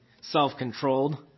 self-controlled